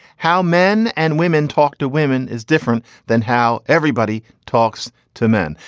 how men and women talk to women is different than how everybody talks to men.